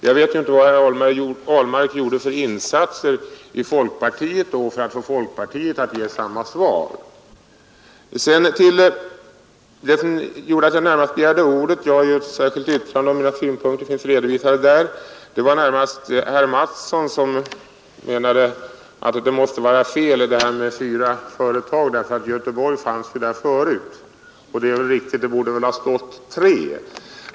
Jag vet inte Fredagen den vilka insatser herr Ahlmark gjorde i folkpartiet då för att få sitt parti att 5 november 1971 ge samma svar. fr Jag har ju avgivit ett särskilt yttrande, och mina synpunkter finns = Den fysiska riksplaredovisade där. Men vad som gjorde att jag nu begärde ordet var närmast = neringen m.m. herr Mattssons anförande. Han menade att uppgiften om att fyra industricentra grundlagts på Västkusten måste vara fel eftersom Göteborg redan var ett industricentrum. Det är riktigt, det borde ha stått tre.